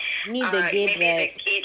need the gate right